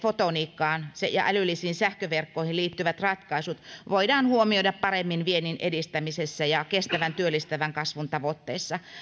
fotoniikkaan ja älykkäisiin sähköverkkoihin liittyvät ratkaisut voidaan huomioida paremmin viennin edistämisessä ja kestävän työllistävän kasvun tavoitteissa